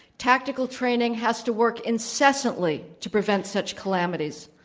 tactical training has to work incessantly to prevent such calamities.